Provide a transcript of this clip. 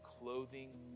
clothing